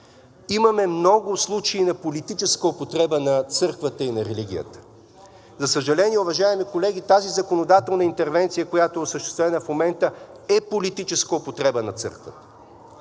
Имаме много случаи на политическа употреба на църквата и на религията. За съжаление, уважаеми колеги, тази законодателна интервенция, която е осъществена в момента, е политическа употреба на църквата.